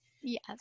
yes